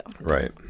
Right